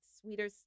sweeter